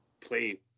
play